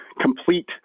complete